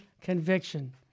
conviction